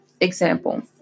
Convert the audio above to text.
Example